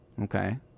okay